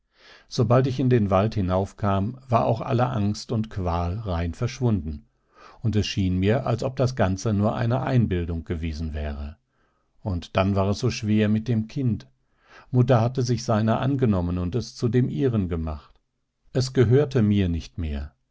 sobald ich in den wald hinaufkam war auch alle angst und qual rein verschwunden und es schien mir als ob das ganze nur eine einbildung gewesen wäre und dann war es so schwer mit dem kind mutter hatte sich seiner angenommen und es zu dem ihren gemacht es gehörte mir nicht mehr